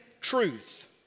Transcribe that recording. truth